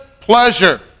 pleasure